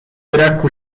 braku